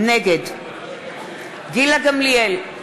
נגד גילה גמליאל,